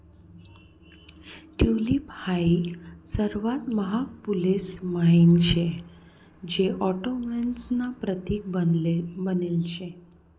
tulip हाई सर्वात महाग फुलेस म्हाईन शे जे ऑटोमन्स ना प्रतीक बनेल शे